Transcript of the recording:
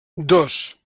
dos